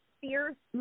fierce